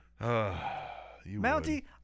Mountie